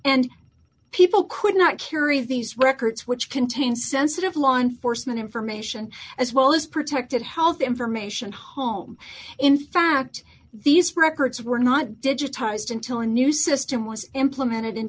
and people could not carry these records which contain sensitive law enforcement information as well as protected health information home in fact these records were not digitized until a new system was implemented in